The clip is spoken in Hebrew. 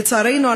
לצערנו,